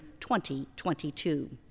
2022